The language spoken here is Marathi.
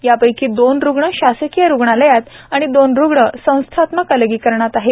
यापैकी दोन रुग्ण शासकीय रुग्णालयात आणि दोन रुग्ण संस्थात्मक अलगीकरण कक्षात आहेत